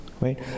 right